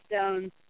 stones